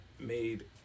made